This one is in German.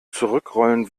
zurückrollen